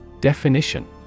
Definition